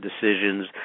decisions